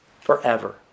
Forever